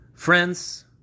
Friends